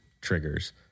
triggers